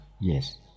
Yes